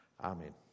Amen